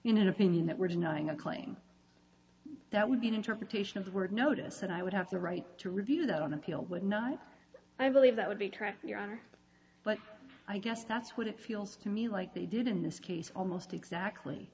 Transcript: nothing that we're denying a claim that would be an interpretation of the word notice and i would have the right to review that on appeal would not i believe that would be tracking your honor but i guess that's what it feels to me like they did in this case almost exactly